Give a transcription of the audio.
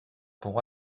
pour